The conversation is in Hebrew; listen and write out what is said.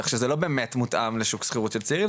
כך שזה לא באמת מותאם לשוק שכירות של צעירים,